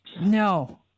No